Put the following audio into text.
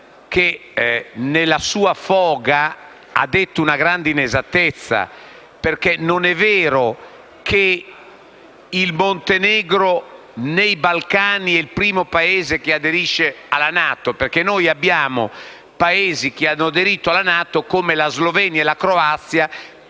che nella sua foga ha detto una grande inesattezza, perché non è vero che il Montenegro nei Balcani è il primo Paese che aderisce alla NATO, perché abbiamo Paesi dei Balcani che hanno aderito alla NATO, come la Slovenia, la Croazia